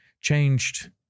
changed